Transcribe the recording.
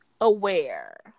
aware